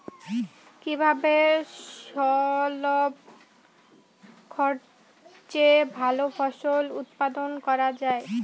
কিভাবে স্বল্প খরচে ভালো ফল উৎপাদন করা যায়?